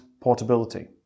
portability